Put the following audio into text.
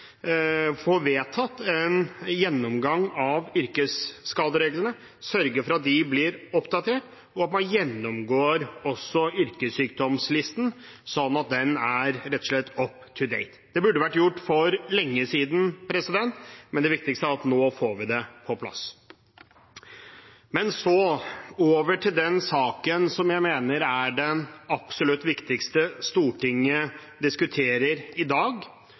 vedtatt en gjennomgang av yrkesskadereglene, sørger for at de blir oppdatert, og at man også gjennomgår yrkessykdomslisten, slik at den rett og slett er up to date. Det burde vært gjort for lenge siden, men det viktigste er at vi nå får det på plass. Men så over til den saken som jeg mener er den absolutt viktigste Stortinget diskuterer i dag,